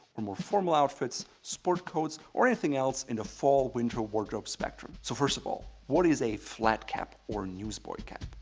or more formal outfits, sport coats, or anything else in the fall winter wardrobe spectrum. so first of all, what is a flat cap or a newsboy cap?